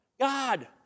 God